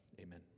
Amen